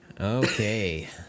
Okay